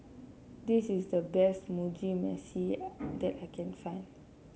this is the best Mugi Meshi that I can find